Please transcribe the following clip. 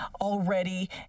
already